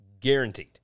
Guaranteed